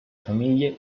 famiglie